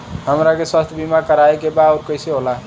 हमरा के स्वास्थ्य बीमा कराए के बा उ कईसे होला?